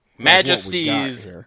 Majesties